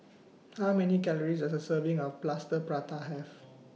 How Many Calories Does A Serving of Plaster Prata Have